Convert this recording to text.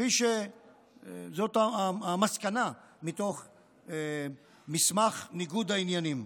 זאת המסקנה מתוך מסמך ניגוד העניינים.